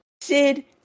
Sid